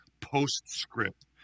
postscript